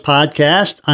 Podcast